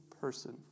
person